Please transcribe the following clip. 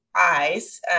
eyes